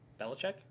Belichick